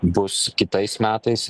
bus kitais metais